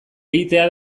egitea